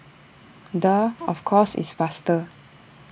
duh of course it's faster